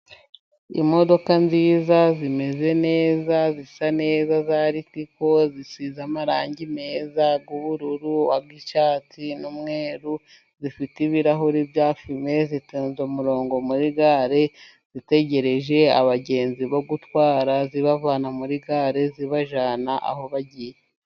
Imodoka nziza，zimeze neza， zisa neza za ritiko， zisize amarangi meza y’ubururu，ay’icyatsi n'umweru， zifite ibirahuri bya fime， zitonze umurongo muri gare， zitegereje abagenzi bo gutwara， zibavana muri gare zibajyana aho bagiye.